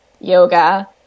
yoga